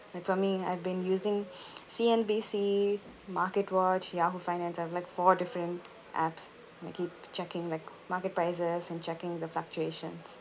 like for me I've been using C_N_B_C market watch yahoo finance I've like four different apps like keep checking like market prices and checking the fluctuations